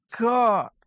god